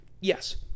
Yes